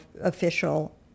official